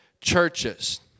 churches